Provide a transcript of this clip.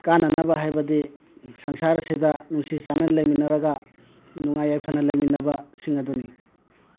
ꯀꯥꯟꯅꯅꯕ ꯍꯥꯏꯕꯗꯤ ꯁꯪꯁꯥꯔ ꯑꯁꯤꯗ ꯅꯨꯡꯁꯤ ꯆꯥꯟꯅꯥꯅ ꯂꯩꯃꯤꯅꯔꯒ ꯅꯨꯡꯉꯥꯏ ꯌꯥꯏꯐꯥꯅ ꯂꯩꯃꯤꯟꯅꯕꯁꯤꯡ ꯑꯗꯨꯅꯤ